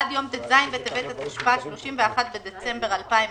ועד יום ט"ז בטבת התשפ"א (31 בדצמבר 2020),